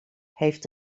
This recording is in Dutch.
heeft